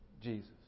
Jesus